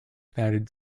founded